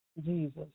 Jesus